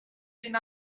been